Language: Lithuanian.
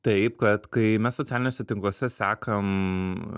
taip kad kai mes socialiniuose tinkluose sekam